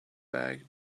bag